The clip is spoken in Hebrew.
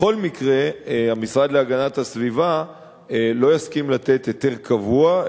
בכל מקרה המשרד להגנת הסביבה לא יסכים לתת היתר קבוע,